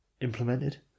implemented